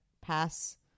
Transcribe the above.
pass